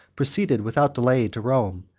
proceeded without delay to rome,